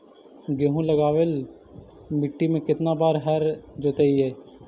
गेहूं लगावेल मट्टी में केतना बार हर जोतिइयै?